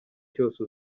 cyose